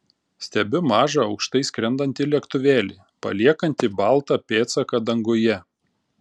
stebiu mažą aukštai skrendantį lėktuvėlį paliekantį baltą pėdsaką danguje